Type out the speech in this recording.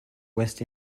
west